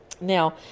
now